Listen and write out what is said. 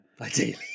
Ideally